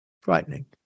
Frightening